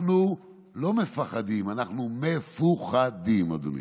אנחנו לא מפחדים, אנחנו מ-פו-ח-דים, אדוני.